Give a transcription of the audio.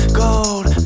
gold